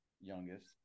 youngest